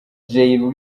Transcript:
jay